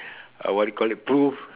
uh what do you call it proof